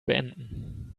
beenden